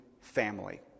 family